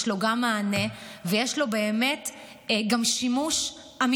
יש לו גם מענה ויש לו גם שימוש אמיתי.